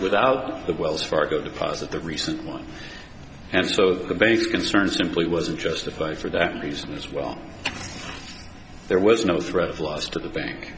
without the wells fargo deposit the recent one and so the basic concern simply wasn't justified for that reason well there was no threat of loss to the bank